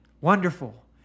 Wonderful